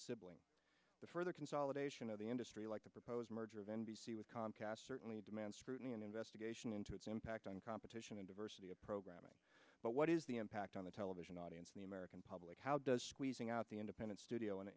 sibling the further consolidation of the industry like the proposed merger of n b c with comcast certainly demands scrutiny and investigation into its impact on competition and diversity of programming but what is the impact on the television audience in the american public how does squeezing out the independent studio and